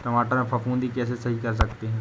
टमाटर से फफूंदी कैसे सही कर सकते हैं?